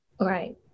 Right